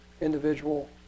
individual